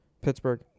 Pittsburgh